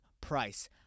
price